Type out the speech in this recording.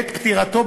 בעת פטירתו,